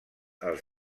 els